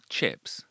Chips